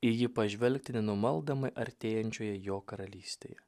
į jį pažvelgti nenumaldomai artėjančioje jo karalystėje